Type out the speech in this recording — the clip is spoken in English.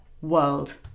world